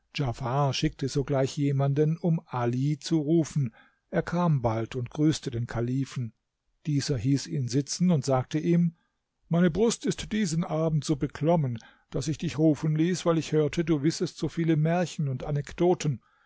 schickte sogleich jemanden um ali zu rufen er kam bald und grüßte den kalifen dieser hieß ihn sitzen und sagte ihm meine brust ist diesen abend so beklommen daß ich dich rufen ließ weil ich hörte du wissest so viele märchen und anekdoten